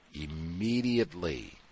immediately